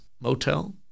motel